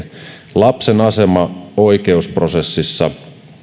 lapsen asema oikeusprosessissa